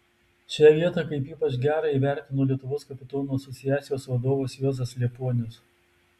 šią vietą kaip ypač gerą įvertino lietuvos kapitonų asociacijos vadovas juozas liepuonius